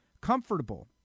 comfortable